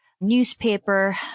newspaper